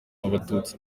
abatutsi